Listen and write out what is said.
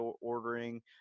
ordering